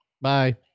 Bye